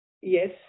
yes